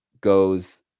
goes